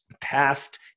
past